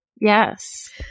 Yes